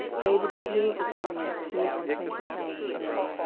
david slew of the syrians two and twenty thousand men.